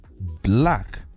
black